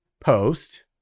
post